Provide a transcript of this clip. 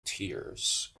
tears